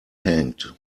hanged